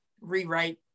rewrite